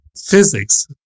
physics